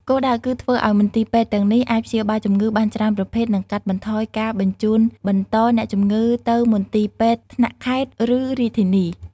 គោលដៅ គឺធ្វើឱ្យមន្ទីរពេទ្យទាំងនេះអាចព្យាបាលជំងឺបានច្រើនប្រភេទ និងកាត់បន្ថយការបញ្ជូនបន្តអ្នកជំងឺទៅមន្ទីរពេទ្យថ្នាក់ខេត្ត ឬរាជធានី។